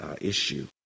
issue